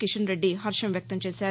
కిషన్రెడ్డి హర్షం వ్యక్తం చేశారు